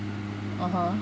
(uh huh)